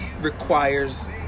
requires